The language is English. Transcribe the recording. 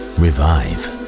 revive